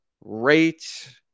Rate